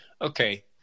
okay